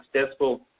successful